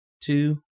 two